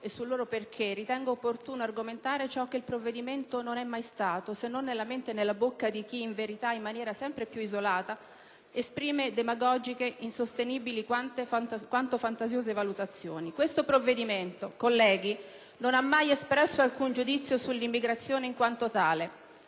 e sul loro perché, ritengo opportuno argomentare ciò che il provvedimento non è mai stato, se non nella mente e nella bocca di chi - in verità in maniera sempre più isolata - esprime demagogiche ed insostenibili, quanto fantasiose, valutazioni. Questo provvedimento non ha mai espresso alcun giudizio sull'immigrazione in quanto tale: